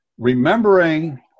remembering